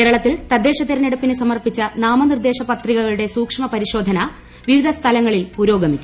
കേരളത്തിൽ തദ്ദേശ തെരഞ്ഞെടുപ്പിന് സമർപ്പിച്ച നാമ നിർദ്ദേശ പത്രികകളുടെ സൂക്ഷ്മ പരിശോധന പിവിധ സ്ഥലങ്ങളിൽ പുരോഗമിക്കുന്നു